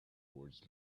towards